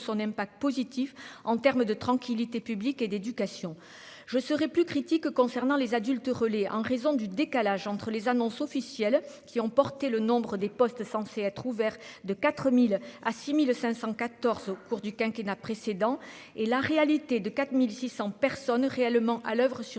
son n'aime pas positif en terme de tranquillité publique et d'éducation, je serai plus critique concernant les adultes relais en raison du décalage entre les annonces officielles qui ont porté le nombre des postes sensés être ouverts de 4000 à 6514 au cours du quinquennat précédent et la réalité de 4600 personnes réellement à l'oeuvre sur